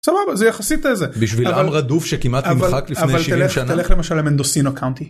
סבבה, זה יחסית זה. בשביל עם רדוף שכמעט נמחק לפני 70 שנה? אבל תלך למשל למנדוסינו קאונטי.